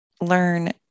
learn